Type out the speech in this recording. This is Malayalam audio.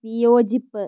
വിയോജിപ്പ്